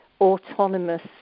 autonomous